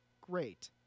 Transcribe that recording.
great